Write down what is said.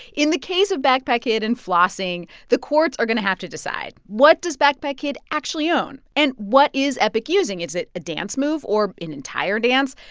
in the case of backpack kid and flossing, the courts are going to have to decide. what does backpack kid actually own? and what is epic using? is it a dance move or an entire dance?